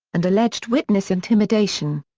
and alleged witness intimidation.